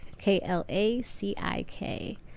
K-L-A-C-I-K